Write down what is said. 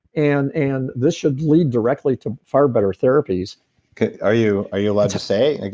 and and this should lead directly to far better therapies okay. are you ah you allowed to say? like